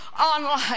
online